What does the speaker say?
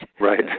Right